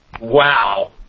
wow